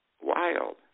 wild